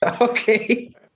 Okay